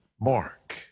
mark